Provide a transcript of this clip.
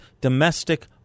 domestic